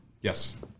yes